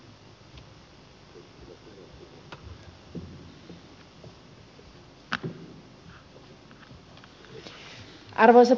arvoisa puhemies